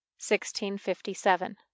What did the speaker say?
1657